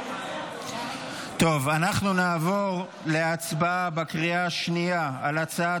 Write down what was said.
אנחנו נעבור להצבעה בקריאה שנייה על הצעת